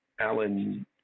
Alan